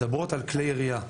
ו-(2) מדברות על כלי ירייה,